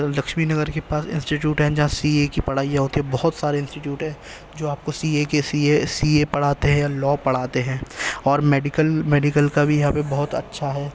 لکشمی نگر کے پاس انسٹیٹیوٹ ہے جہاں سی اے کی پڑھائیاں ہوتی ہے بہت سارے انسٹیٹیوٹ ہیں جو آپ کو سی اے کے سی اے سی اے پرھاتے ہیں یا لا پڑھاتے ہیں اور میڈیکل میڈیکل کا بھی یہاں پہ بہت اچھا ہے